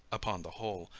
upon the whole,